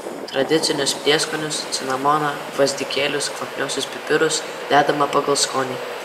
tradicinius prieskonius cinamoną gvazdikėlius kvapniuosius pipirus dedama pagal skonį